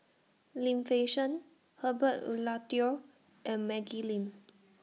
Lim Fei Shen Herbert Eleuterio and Maggie Lim